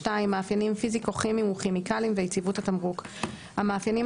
2. מאפיינים פיזיקו-כימיים וכימיקליים ויציבות התמרוק: 2.1. המאפיינים